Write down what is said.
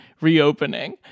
reopening